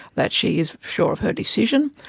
that she is sure of her decision,